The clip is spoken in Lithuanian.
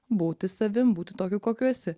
būti savim būti tokiu kokiu esi